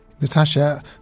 Natasha